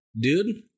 Dude